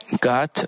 God